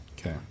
Okay